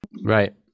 Right